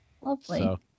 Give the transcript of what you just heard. Lovely